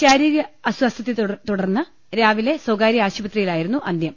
ശാരീരികാസാസ്ഥ്യത്തെതുടർന്ന് രാവിലെ സ്വകാര്യ ആശുപ ത്രിയിലായിരുന്നു അന്ത്യം